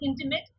intimate